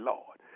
Lord